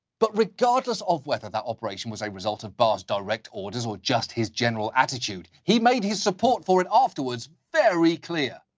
but regardless of whether that operation was a result of barr's direct orders or just his general attitude, he made his support for it afterwards very clear.